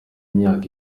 myaka